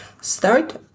Start